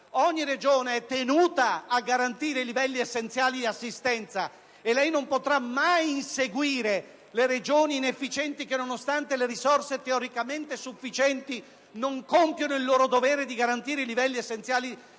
ogni Regione è tenuta a garantire i livelli essenziali di assistenza. Lei non potrà mai inseguire le Regioni inefficienti che, nonostante le risorse teoricamente sufficienti, non compiono il loro dovere di garantire i livelli essenziali